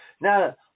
Now